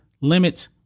limits